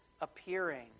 appearing